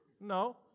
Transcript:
No